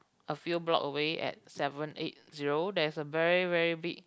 a few block away at seven eight zero there's a very very big